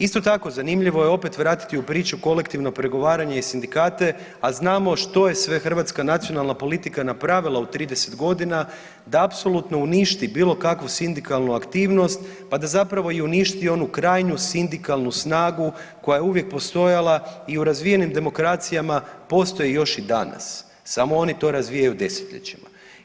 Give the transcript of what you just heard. Isto tako, zanimljivo je opet vratiti u priču kolektivno pregovaranje i sindikate, a znamo što je sve hrvatska nacionalna politika napravila u 30 godina, da apsolutno uništi bilo kakvu sindikalnu aktivnost, pa da zapravo i uništi onu krajnju sindikalnu snagu koja je uvijek postojala i u razvijenim demokracijama postoji još i danas, samo oni to razvijaju desetljećima.